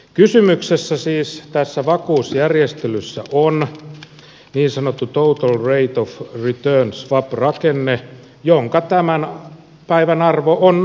kysymyksessä siis tässä vakuusjärjestelyssä on niin sanottu total rate of return swap rakenne jonka tämän päivän arvo on nolla